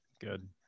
Good